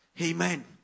Amen